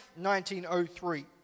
1903